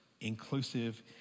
inclusive